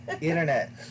Internet